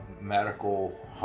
Medical